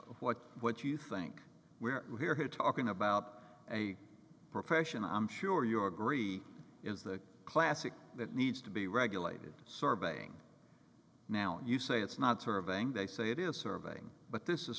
what what you think we're talking about a profession i'm sure your agree is the classic that needs to be regulated sorbet now you say it's not serving they say it is serving but this is